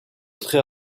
très